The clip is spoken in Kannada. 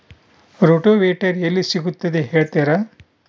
ರೋಟೋವೇಟರ್ ಎಲ್ಲಿ ಸಿಗುತ್ತದೆ ಹೇಳ್ತೇರಾ?